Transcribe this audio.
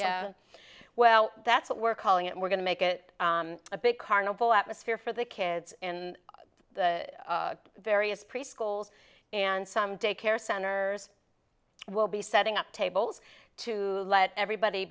well that's what we're calling it we're going to make it a big carnival atmosphere for the kids and various preschools and some daycare centers will be setting up tables to let everybody